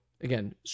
again